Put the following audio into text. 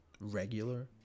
regular